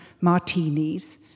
martinis